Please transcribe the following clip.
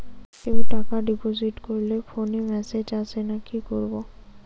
কেউ টাকা ডিপোজিট করলে ফোনে মেসেজ আসেনা কি করবো?